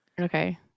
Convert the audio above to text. Okay